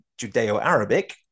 Judeo-Arabic